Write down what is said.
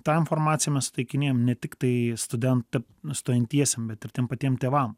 tą informaciją mes suteikinėjam ne tiktai studentam stojantiesiem bet ir tiem patiem tėvam